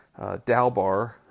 Dalbar